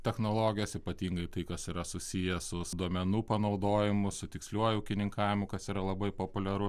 technologijos ypatingai tai kas yra susiję su su duomenų panaudojimu su tiksliuoju ūkininkavimu kas yra labai populiaru